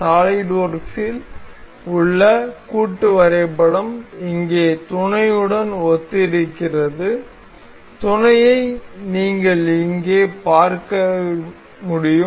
சாலிட்வொர்க்ஸில் உள்ள கூட்டு வரைபடம் இங்கே துணையுடன் ஒத்திருக்கிறது துணையை நீங்கள் இங்கே பார்க்க முடியும்